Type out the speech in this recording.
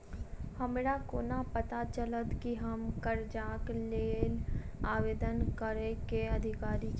हमरा कोना पता चलतै की हम करजाक लेल आवेदन करै केँ अधिकारी छियै?